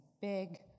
big